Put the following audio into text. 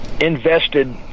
invested